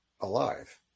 alive